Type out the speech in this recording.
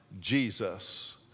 Jesus